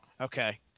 Okay